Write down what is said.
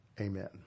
Amen